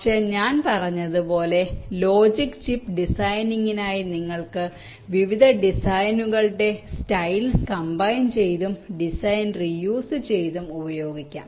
പക്ഷേ ഞാൻ പറഞ്ഞതുപോലെ ലോജിക് ചിപ്പ് ഡിസൈനിനായി നിങ്ങൾക്ക് വിവിധ ഡിസൈനുകളുടെ സ്റ്റൈൽസ് കമ്പൈൻ ചെയ്തും ഡിസൈൻ റീയൂസ് ചെയ്തും ഉപയോഗിക്കാം